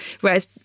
Whereas